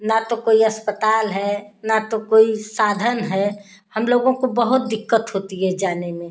न तो कोई अस्पताल है न तो कोई साधन है हम लोगों को बहुत दिक्कत होती है जाने में